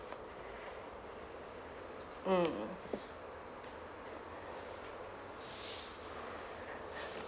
mm